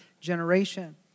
generation